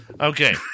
Okay